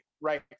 right